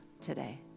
today